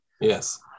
Yes